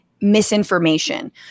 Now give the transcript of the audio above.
misinformation